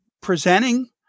presenting